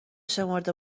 شمرده